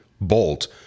bolt